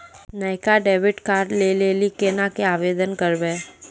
नयका डेबिट कार्डो लै लेली केना के आवेदन करबै?